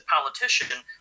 politician